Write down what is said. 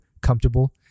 comfortable